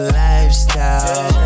lifestyle